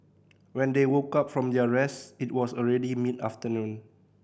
when they woke up from their rest it was already mid afternoon